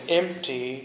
empty